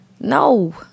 no